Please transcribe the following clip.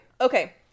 Okay